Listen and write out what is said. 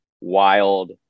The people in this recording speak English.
wild